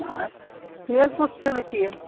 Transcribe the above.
اَچھا مےٚ حظ گوٚژھ تیٖلہٕ ٹیٖن